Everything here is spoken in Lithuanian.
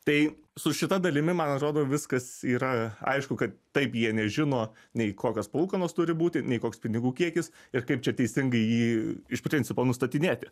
tai su šita dalimi man atrodo viskas yra aišku kad taip jie nežino nei kokios palūkanos turi būti nei koks pinigų kiekis ir kaip čia teisingai jį iš principo nustatinėti